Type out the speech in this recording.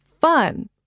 fun